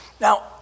Now